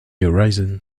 horizon